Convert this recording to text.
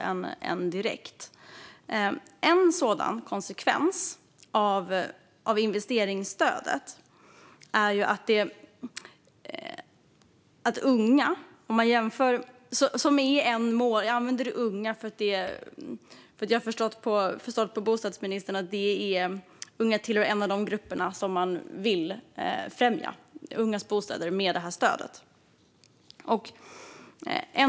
Om man jämför statistiken kan man se att en konsekvens av investeringsstödet är att det bor färre unga i nyproducerade hyresrätter som har fått stödet än i nyproducerade hyresrätter som inte har fått stödet. Jag använder begreppet unga för jag har förstått på bostadsministern att de är en av de grupper som man vill främja med stödet.